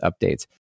updates